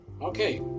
okay